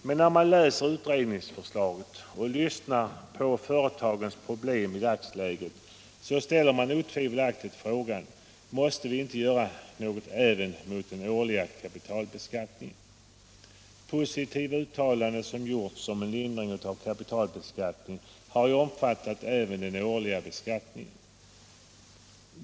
Men när man läser utredningsförslaget och lyssnar på företagens problem i dagsläget ställer man otvivelaktigt frågan: Måste vi inte göra något även mot den årliga kapitalbeskattningen? Positiva uttalanden som gjorts om en lindring av kapitalbeskattningen har ju omfattat även den årliga beskattningen.